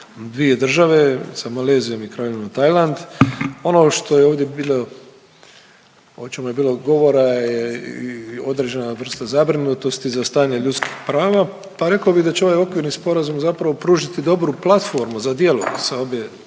dvije države s Malezijom i Kraljevinom Tajland. Ono što je ovdje bilo, o čemu je bilo govora je i određena vrsta zabrinutosti za stanje ljudskih prava, pa rekao bi da će ovaj okvirni sporazum zapravo pružiti dobru platformu za djelo sa obje